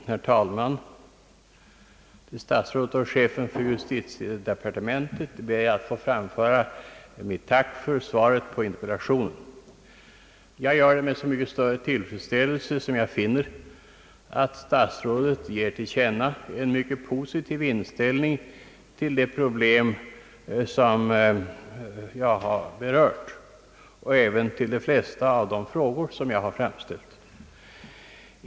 Herr talman! Till statsrådet och chefen för justitiedepartementet ber jag få framföra mitt tack för svaret på interpellationen. Jag gör det med så mycket större tillfredsställelse som jag finner att statsrådet ger till känna en mycket positiv inställning till de problem som berörts i interpellationen och även till de flesta av de frågor, som framställts.